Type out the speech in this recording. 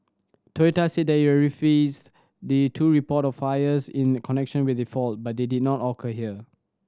Toyota said it had the two report of fires in connection with the fault but they did not occur here